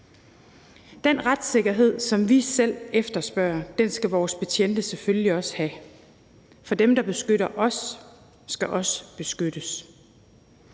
Den retssikkerhed, som vi selv efterspørger, skal vores betjente selvfølgelig også have, for dem, der beskytter os, skal også beskyttes.